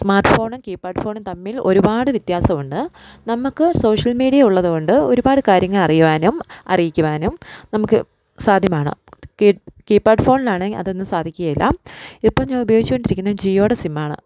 smart ഫോണും keypad ഫോണും തമ്മിൽ ഒരുപാട് വ്യത്യാസം ഉണ്ട് നമുക്ക് സോഷ്യൽ മീഡിയ ഉള്ളത്കൊണ്ട് ഒരുപാട് കാര്യങ്ങൾ അറിയുവാനും അറിയിക്കുവാനും നമുക്ക് സാധ്യമാണ് കീപാ കീപാഡ് ഫോണിലാണെൽ അതൊന്നും സാധിക്കുകയില്ല ഇപ്പോൾ ഞാൻ ഉപയോഗിച്ചുകൊണ്ടിരിക്കുന്നത് ജിയോടെ സിം ആണ്